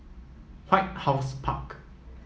White House Park